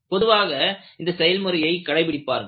பொதுவாக இந்த செயல்முறையை கடைபிடிப்பார்கள்